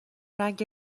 رنگ